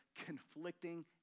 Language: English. conflicting